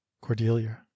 Cordelia